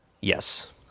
Yes